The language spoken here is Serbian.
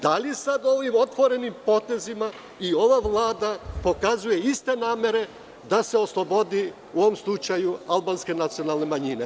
Da li sada ovim otvorenim potezima ova Vlada pokazuje iste namere da se oslobodi u ovom slučaju albanske nacionalne manjine.